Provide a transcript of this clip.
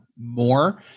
more